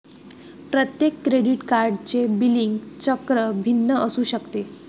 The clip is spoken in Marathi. प्रत्येक क्रेडिट कार्डचे बिलिंग चक्र भिन्न असू शकते